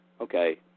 Okay